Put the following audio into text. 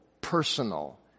personal